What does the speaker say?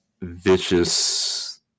Vicious